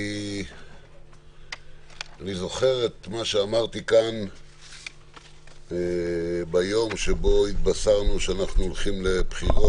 אני זוכר את מה שאמרתי כאן ביום שבו התבשרנו שאנחנו הולכים לבחירות.